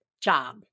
job